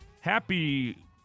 Happy